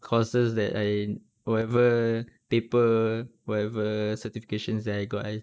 courses that I whatever paper whatever certifications that I got I